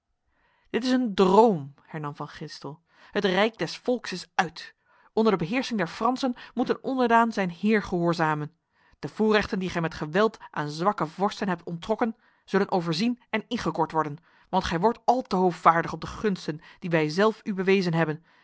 dit is een droom hernam van gistel het rijk des volks is uit onder de beheersing der fransen moet een onderdaan zijn heer gehoorzamen de voorrechten die gij met geweld aan zwakke vorsten hebt onttrokken zullen overzien en ingekort worden want gij wordt al te hovaardig op de gunsten die wij zelf u bewezen hebben